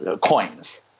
coins